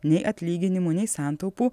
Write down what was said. nei atlyginimų nei santaupų